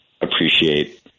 appreciate